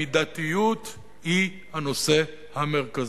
המידתיות היא הנושא המרכזי,